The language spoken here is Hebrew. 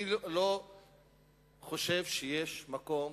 אני לא חושב שיש מקום